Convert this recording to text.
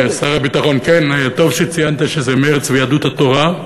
טוב שציינת שזה מרצ ויהדות התורה,